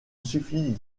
suffit